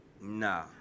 Nah